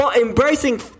embracing